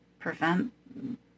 prevent